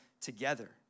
together